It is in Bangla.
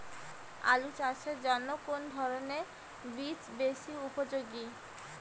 আলু চাষের জন্য কোন ধরণের বীজ বেশি উপযোগী?